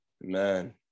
man